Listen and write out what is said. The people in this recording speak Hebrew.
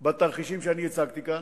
בתרחישים שאני הצגתי כאן,